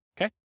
Okay